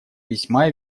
весьма